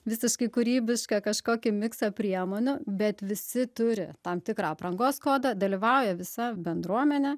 visiškai kūrybišką kažkokį miksą priemonių bet visi turi tam tikrą aprangos kodą dalyvauja visa bendruomenė